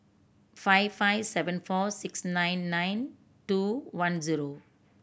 five five seven four six nine nine two one zero